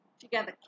together